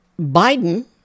Biden